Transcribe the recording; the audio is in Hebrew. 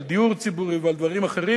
על דיור ציבורי ועל דברים אחרים,